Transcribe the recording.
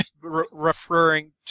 referring